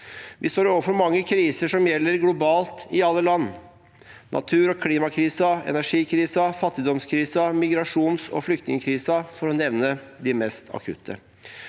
Vi står overfor mange kriser som gjelder globalt i alle land: natur- og klimakrisen, energikrise, fattigdomskrise, migrasjonsog flyktningkrise, for å nevne de mest akutte.